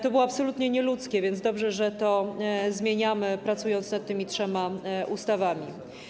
To było absolutnie nieludzkie, więc dobrze, że to zmieniamy, pracując nad tymi trzema ustawami.